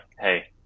hey